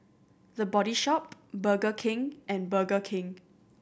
The Body Shop Burger King and Burger King